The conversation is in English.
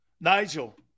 nigel